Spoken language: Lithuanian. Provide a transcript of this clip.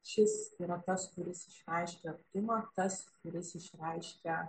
šis yra tas kuris išreiškia artumą tas kuris išreiškia